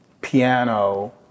piano